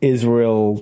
Israel